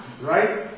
Right